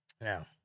Now